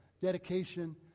dedication